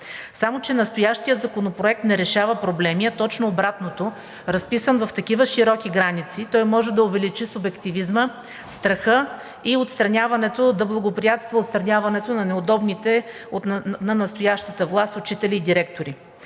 Само че настоящият законопроект не решава проблеми, а точно обратното – разписан в такива широки граници, той може да увеличи субективизма, страха и да благоприятства отстраняването на неудобните на настоящата власт учители и директори.